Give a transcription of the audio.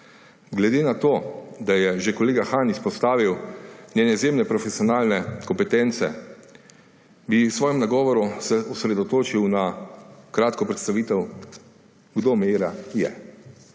Glede na to, da je že kolega Han izpostavil njene izjemne profesionalne kompetence, bi se v svojem nagovoru osredotočil na kratko predstavitev, kdo Meira je.